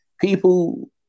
People